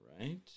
right